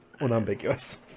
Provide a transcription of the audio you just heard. unambiguous